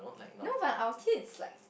no but our kids like